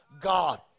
God